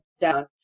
down